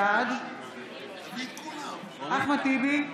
בעד אחמד טיבי,